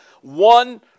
One